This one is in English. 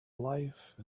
life